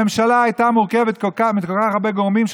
הממשלה הייתה מורכבת מכל כך הרבה גורמים,